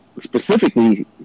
specifically